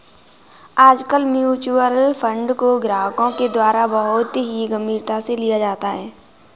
आजकल mutual fund को ग्राहकों के द्वारा बहुत ही गम्भीरता से लिया जाता है